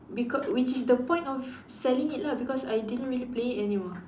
becau~ which is the point of selling it lah because I didn't really play it anymore